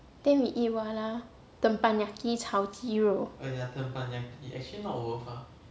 then we eat what ah teppanyaki 炒鸡肉